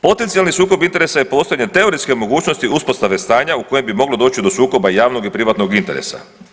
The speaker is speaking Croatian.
Potencijalni sukob interesa je postojanje teoretske mogućnosti uspostave stanja u kojem bi moglo doći do sukoba javnog i privatnog interesa.